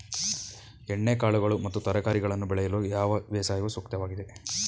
ಎಣ್ಣೆಕಾಳುಗಳು ಮತ್ತು ತರಕಾರಿಗಳನ್ನು ಬೆಳೆಯಲು ಯಾವ ಬೇಸಾಯವು ಸೂಕ್ತವಾಗಿದೆ?